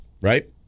right